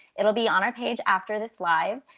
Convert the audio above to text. it'll be on our page after this live,